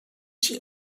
she